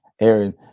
Aaron